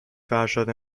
فرشاد